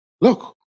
Look